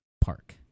park